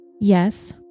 yes